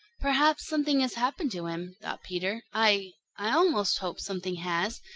perhaps something has happened to him, thought peter. i i almost hope something has.